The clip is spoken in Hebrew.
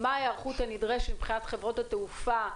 מה ההיערכות הנדרשת מבחינת חברות התעופה?